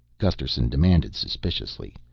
gusterson demanded suspiciously.